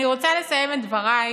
אני רוצה לסיים את דבריי